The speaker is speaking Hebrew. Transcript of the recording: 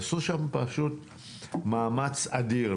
עשו שם פשוט מאמץ אדיר,